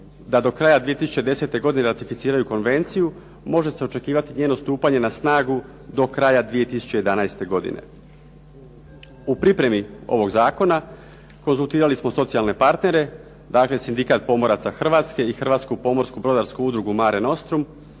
da do kraja 2010. godine ratificiraju konvenciju, može se očekivati njeno stupanje na snagu do kraja 2011. godine. U pripremi ovog zakona, konzultirali smo socijalne partnere, dakle Sindikat pomoraca Hrvatske i Hrvatsku pomorsko-brodarsku udrugu "Mare nostrum"